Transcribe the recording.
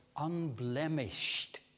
unblemished